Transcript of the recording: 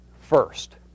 first